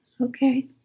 okay